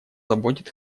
заботит